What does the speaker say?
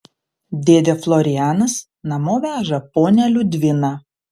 dėdė florianas namo veža ponią liudviną